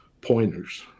pointers